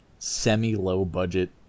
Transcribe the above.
semi-low-budget